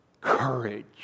Courage